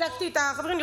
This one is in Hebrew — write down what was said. חיזקתי את החברים.